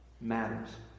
matters